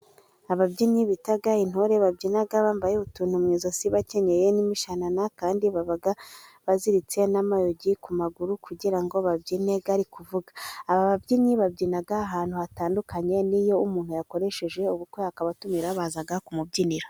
Ababyinnyi bita intore babyina bambaye utuntu mu ijosi, bakenyeye n'imishanana, kandi baba baziritse n'amayugi ku maguru kugira ngo babyine ari kuvuga. Aba babyinnyi babyina ahantu hatandukanye, n'iyo umuntu yakoresheje ubukwe akabatumira baza kumubyinira.